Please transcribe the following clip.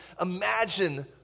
imagine